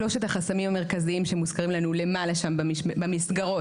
שלושת החסמים המרכזיים שמוזכרים לנו למעלה שם במסגרות.